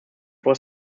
was